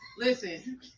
Listen